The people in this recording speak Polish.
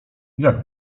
jak